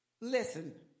listen